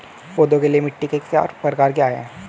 पौधों के लिए मिट्टी के प्रकार क्या हैं?